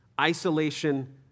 isolation